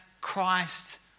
Christ